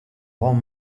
rang